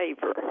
favor